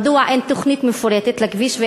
מדוע אין תוכנית מפורטת לכביש?